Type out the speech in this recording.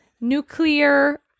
Nuclear